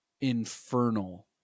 infernal